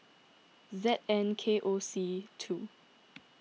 Z N K O C two